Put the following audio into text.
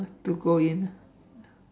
ah to go in